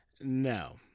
no